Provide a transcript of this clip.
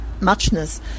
muchness